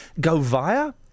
Govia